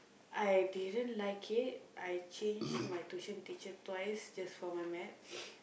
I didn't like it I changed my tuition teacher twice just for my Math